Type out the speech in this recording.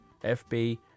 FB